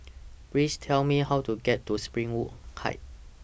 Please Tell Me How to get to Springwood Heights